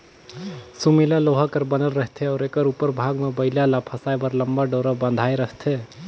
सुमेला लोहा कर बनल रहथे अउ एकर उपर भाग मे बइला ल फसाए बर लम्मा डोरा बंधाए रहथे